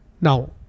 now